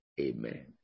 Amen